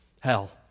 Hell